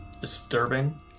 disturbing